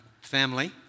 family